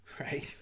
right